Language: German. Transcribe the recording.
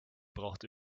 braucht